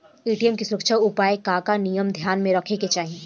ATM के सुरक्षा उपाय के का का नियम ध्यान में रखे के चाहीं?